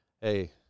hey